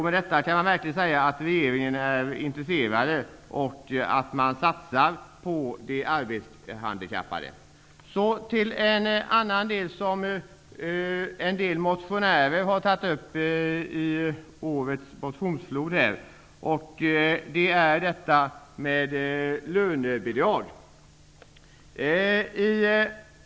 Med detta kan man verkligen säga att regeringen är intresserad och att den satsar på de arbetshandikappade. Så till en annan fråga som en del motionärer har tagit upp i årets motionsflod. Det gäller detta med lönebidrag.